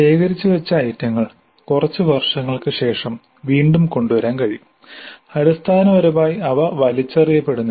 ശേഖരിച്ച് വച്ച ഐറ്റങ്ങൾ കുറച്ച് വർഷങ്ങൾക്ക് ശേഷം വീണ്ടും കൊണ്ടുവരാൻ കഴിയും അടിസ്ഥാനപരമായി അവ വലിച്ചെറിയപ്പെടുന്നില്ല